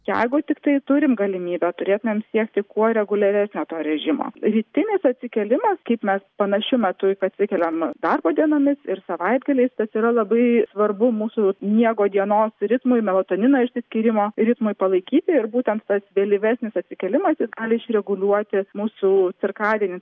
jeigu tiktai turim galimybę turėtumėm siekti kuo reguliaresnio to režimo rytinis atsikėlimas kaip mes panašiu metu atsikeliam darbo dienomis ir savaitgaliais tas yra labai svarbu mūsų miego dienos ritmui melatonino išsiskyrimo ritmui palaikyti ir būtent tas vėlyvesnis atsikėlimas jis gali išreguliuoti mūsų cirkadinį